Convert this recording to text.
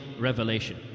revelation